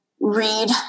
read